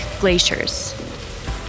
glaciers